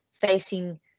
facing